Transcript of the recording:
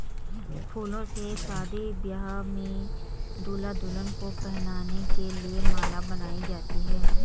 फूलों से शादी ब्याह में दूल्हा दुल्हन को पहनाने के लिए माला बनाई जाती है